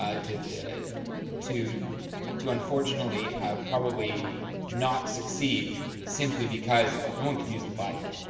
ah to to to unfortunately probably not succeed simply because no one could use the bike.